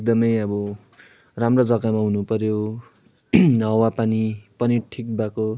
एकदमै अब राम्रो जग्गामा हुनुपऱ्यो हावापानी पनि ठिक भएको